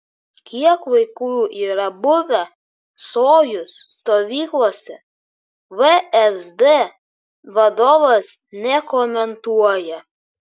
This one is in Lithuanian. kiek vaikų yra buvę sojuz stovyklose vsd vadovas nekomentuoja